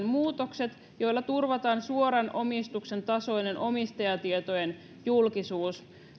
muutokset joilla turvataan suoran omistuksen tasoinen omistajatietojen julkisuus